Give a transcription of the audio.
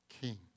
King